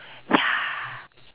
ya